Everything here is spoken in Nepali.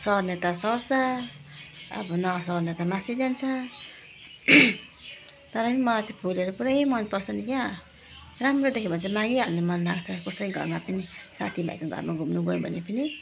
सर्ने त सर्छ अब नसर्ने त मासिइजान्छ तर पनि मलाई चाहिँ फुलहरू पुरै मनपर्छ नि क्या हो राम्रो देखेँ भने चाहिँ मागिहाल्न मनलाग्छ कसैको घरमा पनि साथीभाइको घरमा घुम्न गयो भने पनि